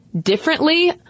differently